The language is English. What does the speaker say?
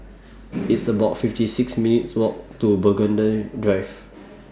It's about fifty six minutes' Walk to Burgundy Drive